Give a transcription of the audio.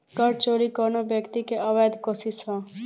कर चोरी कवनो व्यक्ति के अवैध कोशिस ह